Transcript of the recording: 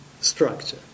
structure